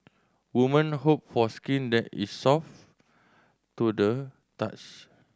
woman hope for skin that is soft to the touch